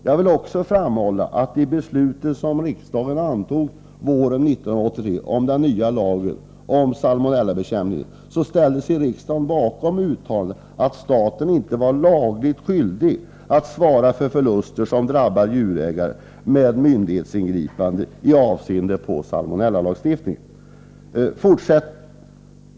Jag vill också framhålla att i det beslut som riksdagen antog våren 1983 om den nya lagen om salmonellabekämpning ställde sig riksdagen bakom uttalandet att staten inte var lagligen skyldig att svara för förluster som drabbar djurägare vid myndighetsingripande i avseende på salmonellalagstiftningen.